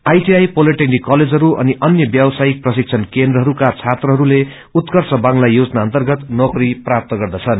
ITI polytechnic कलेजहरू अनि अन्य व्यवसायिक प्रशिक्षण केन्द्रहरूका छत्रहरूले उर्कष बांग्ला योजना अर्न्तगत नौकरी प्राप्त गर्दछन्